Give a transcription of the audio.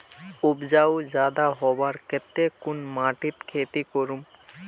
उपजाऊ ज्यादा होबार केते कुन माटित खेती करूम?